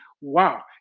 wow